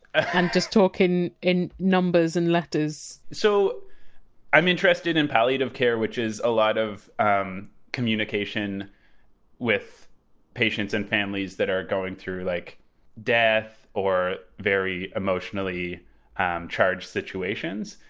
ah and just talk in in numbers and letters? so i'm interested in palliative care, which is a lot of um communication with patients and families that are going through like death or very emotionally and charged situations.